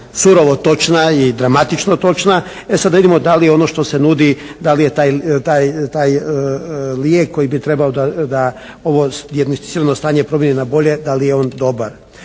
surovo točna i dramatično točna, e sada da vidimo da li ono što se nudi da li je taj lijek koji bi trebao da ovo dijagnosticirano stanje promijeni na bolje, da li je on dobar.